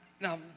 now